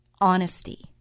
honesty